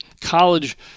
college